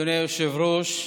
אדוני היושב-ראש,